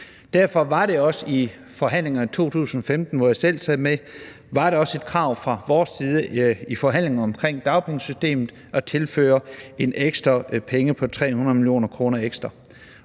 Derfor var det også i 2015, hvor jeg selv sad med, et krav fra vores side i forhandlingerne om dagpengesystemet at tilføre 300 mio. kr. ekstra.